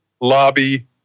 lobby